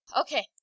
Okay